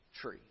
tree